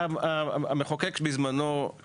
בזמנו,